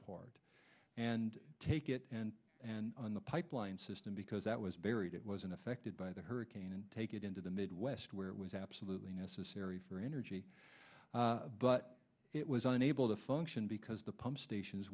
port and take it and on the pipeline system because that was buried it wasn't affected by the hurricane and take it into the midwest where it was absolutely necessary for energy but it was unable to function because the pump stations